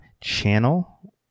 channel